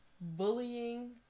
bullying